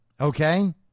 Okay